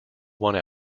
one